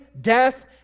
death